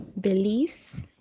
beliefs